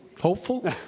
hopeful